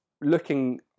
looking